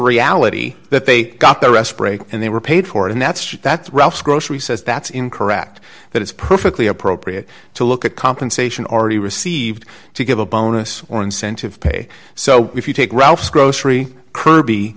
reality that they got the rest break and they were paid for and that's that's rough grocery says that's incorrect that is perfectly appropriate to look at compensation already received to give a bonus or incentive pay so if you take ralph's grocery kirby